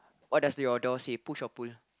what does your door say push or pull